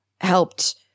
helped